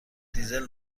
دیزل